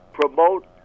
promote